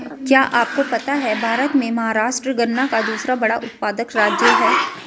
क्या आपको पता है भारत में महाराष्ट्र गन्ना का दूसरा बड़ा उत्पादक राज्य है?